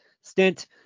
stint